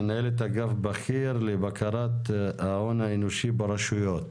מנהלת אגף בכיר לבקרת ההון האנושי ברשויות.